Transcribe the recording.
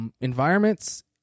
environments